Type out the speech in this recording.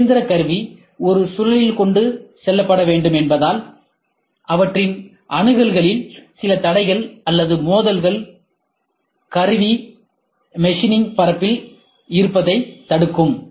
ஒரு இயந்திர கருவி ஒரு சுழலில் கொண்டு செல்லப்பட வேண்டும் என்பதால் அவற்றின் அணுகல்களில் சிலதடைகள் அல்லது மோதல்கள் கருவி மெஷினிங் மேற்பரப்பில் இருப்பதைத் தடுக்கும்